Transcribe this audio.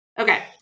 Okay